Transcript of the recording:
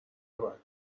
نبند